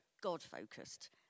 God-focused